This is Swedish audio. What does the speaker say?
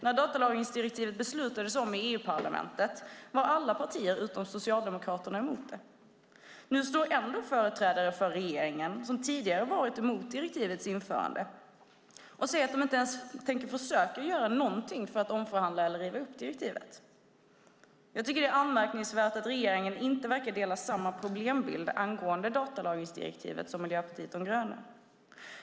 När datalagringsdirektivet beslutades om i EU-parlamentet var alla partier utom Socialdemokraterna mot det. Nu säger ändå företrädare för regeringen som tidigare varit emot direktivets införande att de inte ens tänker försöker göra någonting för att omförhandla eller riva upp direktivet. Jag tycker att det är anmärkningsvärt att regeringen inte verkar ha samma problembild angående datalagringsdirektivet som Miljöpartiet de gröna.